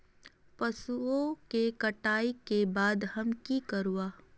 पशुओं के कटाई के बाद हम की करवा?